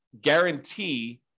guarantee